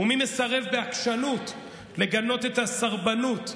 ומי מסרב בעקשנות לגנות את הסרבנות,